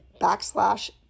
backslash